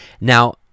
Now